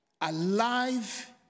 Alive